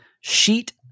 sheet